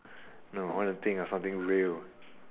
no I wanna think of something real